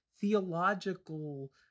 theological